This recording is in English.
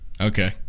Okay